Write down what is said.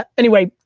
anyway,